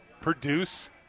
produce